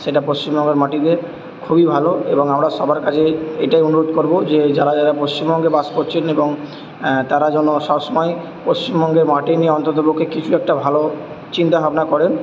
সেটা পশ্চিমবঙ্গের মাটিতে খুবই ভালো এবং আমরা সবার কাছে এটাই অনুরোধ করবো যে যারা যারা পশ্চিমবঙ্গে বাস করছেন এবং তারা যেন সব সময় পশ্চিমবঙ্গের মাটি নিয়ে অন্ততপক্ষে কিছু একটা ভালো চিন্তা ভাবনা করেন